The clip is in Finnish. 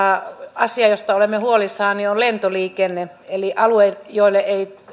asia josta olemme huolissamme on lentoliikenne eli alueilla joille ei